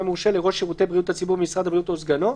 מורשה" לראש שירותי בריאות הציבור במשרד הבריאות או סגנו.